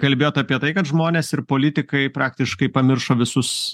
kalbėjot apie tai kad žmonės ir politikai praktiškai pamiršo visus